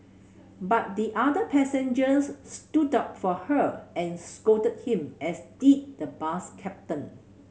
but the other passengers stood up for her and scolded him as did the bus captain